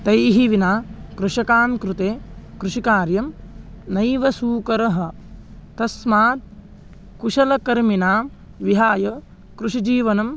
तैः विना कृषकां कृते कृषिकार्यं नैव सुकरः तस्मात् कुशलकर्मिणां विहाय कृषिजीवनं